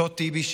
אותו טיבי,